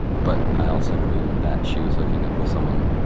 but i also knew that she was hooking up with someone.